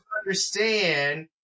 understand